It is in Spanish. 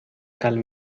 cal